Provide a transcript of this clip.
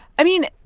i mean,